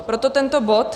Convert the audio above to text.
Proto tento bod.